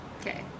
Okay